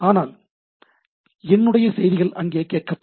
அதனால் என்னுடைய செய்திகள் அங்கே கேட்கப்படும்